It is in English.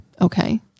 Okay